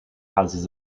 houses